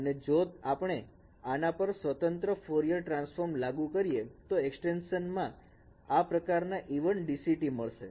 અને જો આપણે આના પર સ્વતંત્ર ફોર ઈયર ટ્રાન્સફોર્મર લાગુ કરીએ તો એક્સ્ટેન્શન માં પ્રકાર even DCT મળશે